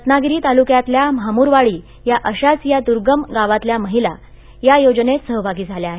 रत्नागिरी तालुक्यातल्या म्हामूरवाडी या अशाच एका दुर्गम गावातल्या महिला या योजनेत सहभागी झाल्या आहेत